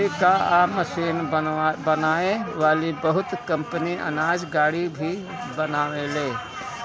खेती कअ मशीन बनावे वाली बहुत कंपनी अनाज गाड़ी भी बनावेले